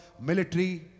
military